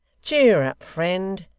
cheer up, friend.